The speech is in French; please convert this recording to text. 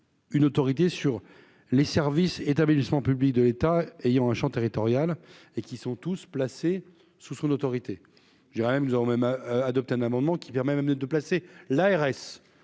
Une autorité sur les services et établissements publics de l'État ayant un Champ territorial et qu'ils sont tous placés sous son autorité, je dirais même, nous avons même a adopté un amendement qui permet même de de placer l'ARS,